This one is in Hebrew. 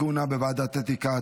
כהונה בוועדת אתיקה),